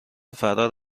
فرار